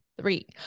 three